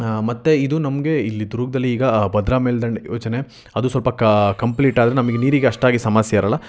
ಮತ್ತು ಇದು ನಮಗೆ ಇಲ್ಲಿ ದುರ್ಗ್ದಲ್ಲೊ ಈಗ ಭದ್ರಾ ಮೇಲ್ದಂಡೆ ಯೋಜನೆ ಅದು ಸ್ವಲ್ಪ ಕಂಪ್ಲೀಟ್ ಆದ್ರೆ ನಮಗೆ ನೀರಿಗೆ ಅಷ್ಟಾಗಿ ಸಮಸ್ಯೆ ಇರೋಲ್ಲ